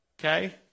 Okay